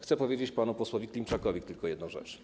Chcę powiedzieć panu posłowi Klimczakowi tylko jedną rzecz.